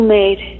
made